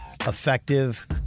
effective